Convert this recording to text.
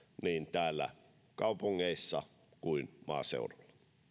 niin täällä kaupungeissa kuin maaseudulla